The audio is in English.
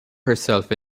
herself